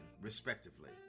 respectively